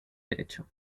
derecho